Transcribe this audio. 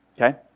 okay